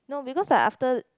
no because I after